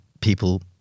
people